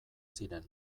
ziren